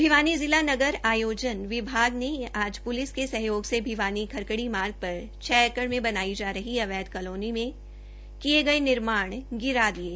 भिवानी जिला नगर आयोजना विभाग ने आज प्लिस के सहयोग से भिवानी खरकड़ी मार्ग पर छ एकड़ मे बनाई जा रही अवैध कालोनी मे किये गये निर्माण गिरा दिये